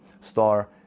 Star